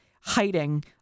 hiding